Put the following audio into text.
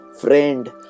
friend